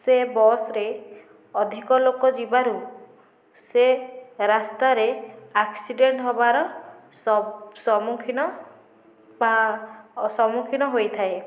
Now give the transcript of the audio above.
ସେ ବସରେ ଅଧିକ ଲୋକ ଯିବାରୁ ସେ ରାସ୍ତାରେ ଏକ୍ସିଡେଣ୍ଟ ହେବାର ସମ୍ମୁଖୀନ ବା ସମ୍ମୁଖୀନ ହୋଇଥାଏ